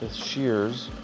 sheers